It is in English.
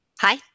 Hi